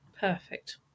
perfect